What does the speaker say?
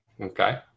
Okay